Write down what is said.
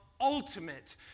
ultimate